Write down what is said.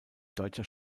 deutscher